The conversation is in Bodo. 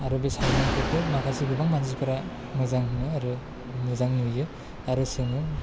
आरो बे माखासे गोबां मानसिफोरा मोजां मोनो आरो मोजां नुयो आरो सोङो